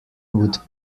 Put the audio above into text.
would